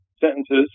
sentences